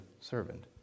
servant